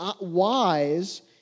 wise